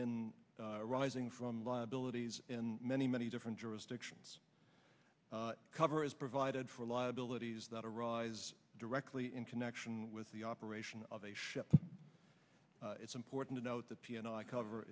in arising from liabilities in many many different jurisdictions cover as provided for liabilities that arise directly in connection with the operation of a ship it's important to note that p and i cover